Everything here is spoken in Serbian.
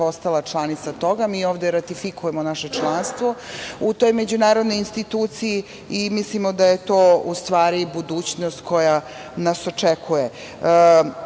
postala članica toga. Mi ovde ratifikujemo naše članstvo u toj međunarodnoj instituciji i mislimo da je to budućnost koja nas očekuje.